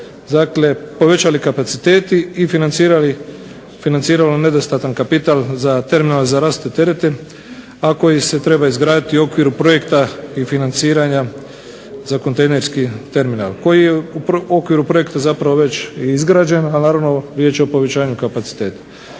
bi se povećali kapaciteti i financiralo nedostatan kapital za terminal za raste terete a koji se treba izgraditi u okviru projekta i financiranja za kontejnerski terminal koji je u okviru projekta već i izgrađen a naravno riječ je o povećanju kapaciteta.